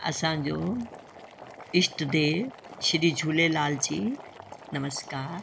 असांजो ईष्ट देव श्री झूलेलाल जी नमस्कार